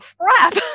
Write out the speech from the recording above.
crap